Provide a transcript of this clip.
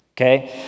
okay